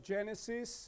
Genesis